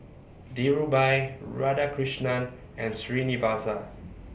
Dhirubhai Radhakrishnan and Srinivasa